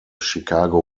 chicago